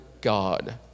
God